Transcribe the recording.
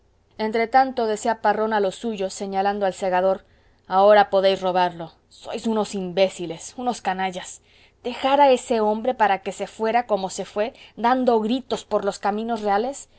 escaparme entretanto decía parrón a los suyos señalando al segador ahora podéis robarlo sois unos imbéciles unos canallas dejar a ese hombre para que se fuera como se fué dando gritos por los caminos reales